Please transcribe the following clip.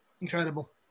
incredible